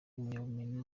impamyabumenyi